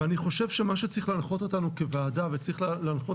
אני חושב שמה שצריך להנחות אותנו כוועדה וצריך להנחות